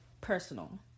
personal